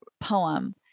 poem